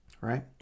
Right